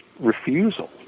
refusal